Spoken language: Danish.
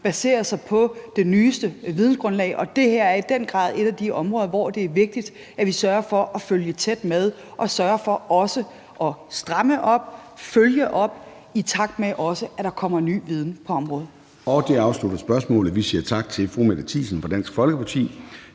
baseret på det nyeste vidensgrundlag, og det her er i den grad et af de områder, hvor det er vigtigt, at vi sørger for at følge tæt med og sørger for også at stramme op og følge op, i takt med at der kommer ny viden på området. Kl. 13:25 Formanden (Søren Gade): Det afslutter spørgsmålet. Vi siger tak til fru Mette Thiesen fra Dansk Folkeparti.